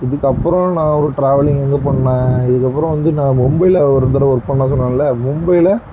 இதுகப்புறோம் நான் ஒரு ட்ராவலிங் எங்கப்பண்ணேன் இதுக்கப்புறோம் வந்து நான் மும்பையில ஒரு தடவை ஒர்க் பண்ண சொன்னேல்ல மும்பையில